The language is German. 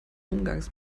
umgangs